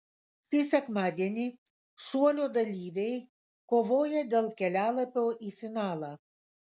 šį sekmadienį šuolio dalyviai kovoja dėl kelialapio į finalą